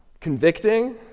convicting